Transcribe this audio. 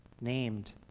named